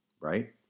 right